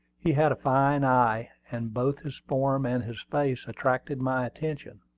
he had a fine eye, and both his form and his face attracted my attention.